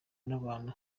nabantu